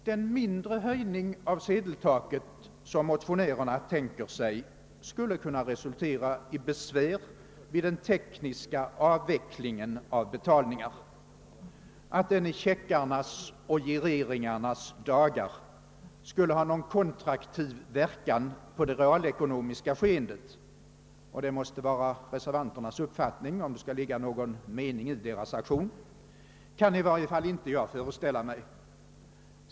Den mindre höjning av sedeltaket som motionärerna tänker sig skulle kunna resultera i besvär vid den tekniska avvecklingen av betalningar. Att den i checkarnas och gireringarnas dagar skulle ha någon kontraktiv verkan på det realekonomiska skeendet — vilket måste vara reservanternas uppfattning, om det skall vara någon mening med deras reservation — kan i varje fall inte jag föreställa mig.